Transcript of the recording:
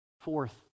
fourth